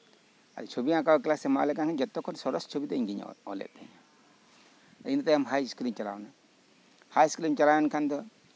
ᱟᱨ ᱪᱷᱚᱵᱤ ᱟᱸᱠᱟᱣᱮ ᱠᱞᱟᱥᱮ ᱮᱢᱟᱞᱮ ᱠᱟᱱ ᱛᱟᱦᱮᱸᱜ ᱟᱨ ᱡᱚᱛᱚ ᱠᱷᱚᱱ ᱥᱚᱨᱮᱥ ᱪᱷᱚᱵᱤ ᱫᱚ ᱤᱧ ᱜᱤᱧ ᱚᱞ ᱮᱫ ᱛᱟᱦᱮᱱᱟ ᱤᱱᱟᱹ ᱛᱟᱭᱚᱢ ᱦᱟᱭ ᱥᱠᱩᱞ ᱤᱧ ᱪᱟᱞᱟᱣᱱᱟ ᱦᱟᱭ ᱥᱠᱩᱞ ᱤᱧ ᱪᱟᱞᱟᱣ ᱮᱱ ᱠᱷᱟᱱ ᱫᱚ